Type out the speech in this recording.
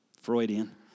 Freudian